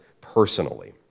personally